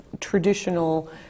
traditional